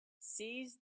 seize